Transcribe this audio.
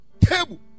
table